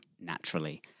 naturally